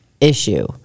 issue